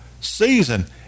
season